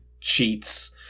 cheats